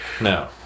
No